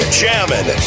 jamming